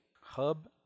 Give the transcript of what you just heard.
hub